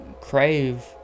crave